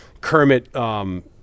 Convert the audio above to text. Kermit –